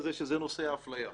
יש לך את אישור